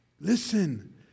Listen